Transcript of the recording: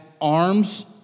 arms